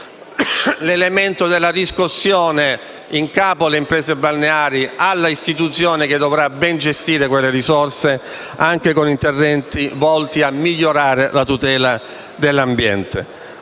l'elemento della riscossione in capo alle imprese balneari all'istituzione che dovrà ben gestire quelle risorse, anche con interventi volti a migliorare la tutela dell'ambiente.